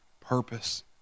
purpose